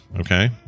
okay